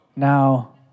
Now